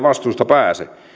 vastuusta pääse